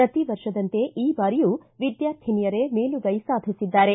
ಪ್ರತಿ ವರ್ಷದಂತೆ ಈ ಬಾರಿಯೂ ವಿದ್ವಾರ್ಥಿನಿಯರೇ ಮೇಲುಗೈ ಸಾಧಿಸಿದ್ದಾರೆ